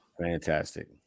fantastic